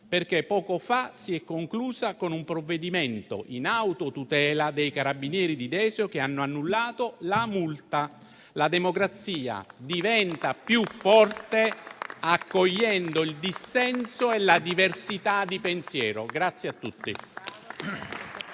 perché poco fa si è conclusa con un provvedimento in autotutela dei Carabinieri di Desio che hanno annullato la multa. La democrazia diventa più forte accogliendo il dissenso e la diversità di pensiero.